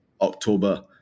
October